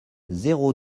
zéro